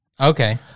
Okay